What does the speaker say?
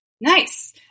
Nice